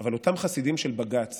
אבל אותם חסידים של בג"ץ